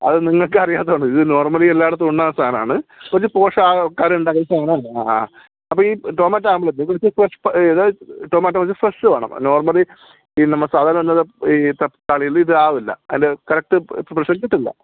അത് നിങ്ങൾക്ക് അറിയാത്തത് കൊണ്ട് ഇത് നോർമ്മലി എല്ലായിടത്തും ഉണ്ടാകുന്ന സാധനമാണ് സാധനമാണ് അപ്പോൾ ഈ ടൊമാറ്റോ ഓംളേറ്റെ ടൊമാറ്റോ കുറച്ചു ഫ്രഷ് വേണം നോർമ്മലി പിന്നെ നമ്മൾ സാധാരണ എല്ലാവരും ഈ തക്കാളിയിൽ ഇത് ആവില്ല അതിൻ്റെ കറക്റ്റ് പെർഫെഷൻ കിട്ടില്ല